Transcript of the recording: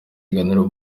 ibiganiro